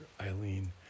eileen